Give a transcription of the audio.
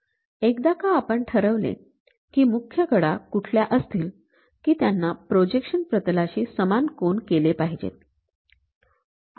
एकदा का आपण ठरवलं की मुख्य कडा कुठल्या असतील की त्यांनी प्रोजेक्शन प्रतलाशी समान कोन केले पाहिजेत